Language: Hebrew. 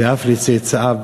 ואף לצאצאיו